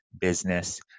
business